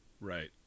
right